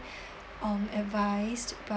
um advised